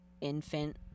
infant